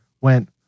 went